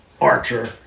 Archer